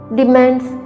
demands